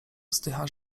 wzdycha